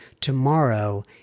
tomorrow